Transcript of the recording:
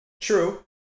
True